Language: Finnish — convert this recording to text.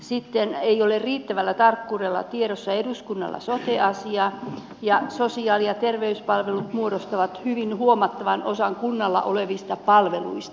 sitten ei ole riittävällä tarkkuudella tiedossa eduskunnalla sote asia ja sosiaali ja terveyspalvelut muodostavat hyvin huomattavan osan kunnalla olevista palveluista